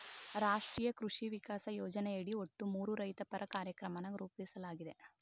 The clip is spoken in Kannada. ರಾಷ್ಟ್ರೀಯ ಕೃಷಿ ವಿಕಾಸ ಯೋಜನೆಯಡಿ ಒಟ್ಟು ಮೂರು ರೈತಪರ ಕಾರ್ಯಕ್ರಮನ ರೂಪಿಸ್ಲಾಗಿದೆ